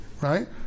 right